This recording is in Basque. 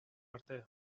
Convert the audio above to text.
arte